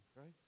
right